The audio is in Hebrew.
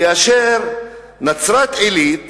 כאשר נצרת-עילית